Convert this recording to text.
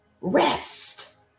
Rest